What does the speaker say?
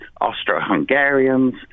Austro-Hungarians